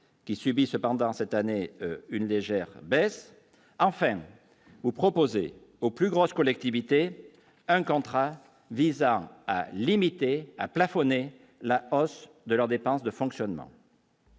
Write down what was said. qui subit cependant cette année une légère baisse enfin ou proposer aux plus grosses collectivités un contrat visant à limiter à plafonner la hausse de leurs dépenses de fonctionnement.